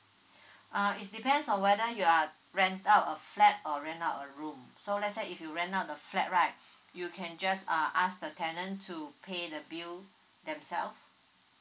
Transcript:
uh it depends on whether you are rent out a flat or rent out a room so let's say if you rent out the flat right you can just uh ask the tenant to pay the bill themselves